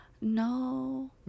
No